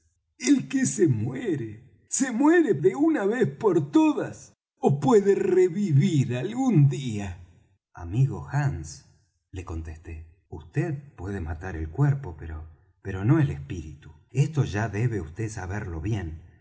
el que se muere se muere para de una vez ó puede revivir algún día amigo hands le contesté vd puede matar el cuerpo pero no el espíritu esto ya debe vd saberlo bien